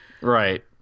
Right